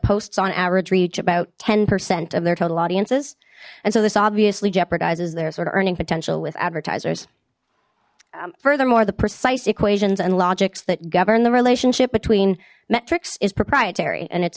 posts on average reach about ten percent of their total audiences and so this obviously jeopardizes their sort of earning potential with advertisers furthermore the precise equations and logics that govern the relationship between metrics is proprietary and it's